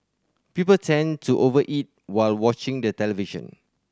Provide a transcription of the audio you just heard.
people tend to over eat while watching the television